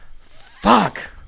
fuck